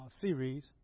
series